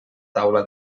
taula